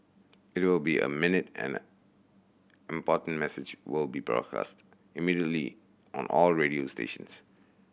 it will be a minute and important message will be broadcast immediately on all radio stations